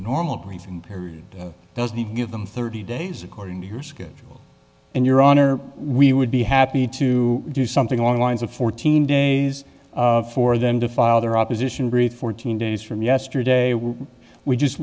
normal grieving period doesn't even give them thirty days according to your schedule and your honor we would be happy to do something along the lines of fourteen days for them to file their opposition brief fourteen days from yesterday we